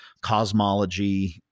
cosmology